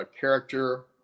character